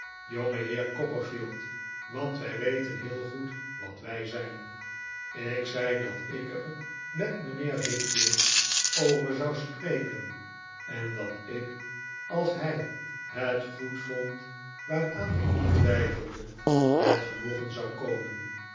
copperfield want wij weten heel goed wat wij zijn ik zei dat ik er met mijnheer wickfield over zou spreken en dat ik als hij het goedvond waaraan ik niet twijfelde met genoegen zou komen